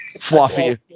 Fluffy